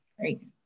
Great